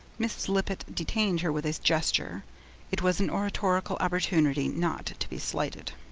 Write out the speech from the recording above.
mrs. lippett detained her with a gesture it was an oratorical opportunity not to be slighted.